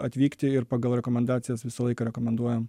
atvykti ir pagal rekomendacijas visą laiką rekomenduojam